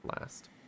last